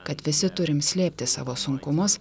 kad visi turim slėpti savo sunkumus